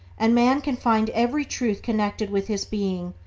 and man can find every truth connected with his being,